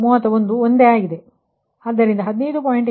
ಆದ್ದರಿಂದ 15